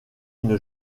une